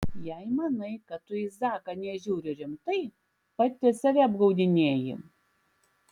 jei manai kad tu į zaką nežiūri rimtai pati save apgaudinėji